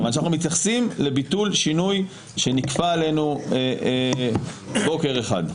מכיוון שאנחנו מתייחסים לביטול שינוי שנכפה עלינו בוקר אחד.